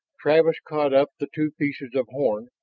travis caught up the two pieces of horn,